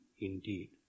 indeed